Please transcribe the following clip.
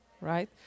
right